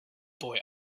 boy